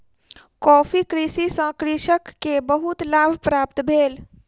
coffee कृषि सॅ कृषक के बहुत लाभ प्राप्त भेल